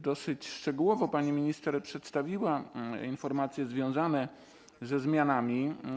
Dosyć szczegółowo pani minister przedstawiła informacje związane ze zmianami.